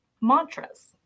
mantras